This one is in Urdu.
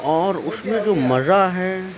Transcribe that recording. اور اس میں جو مزہ ہے